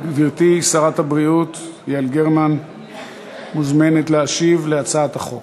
גברתי שרת הבריאות יעל גרמן מוזמנת להשיב להצעת החוק.